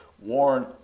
Warren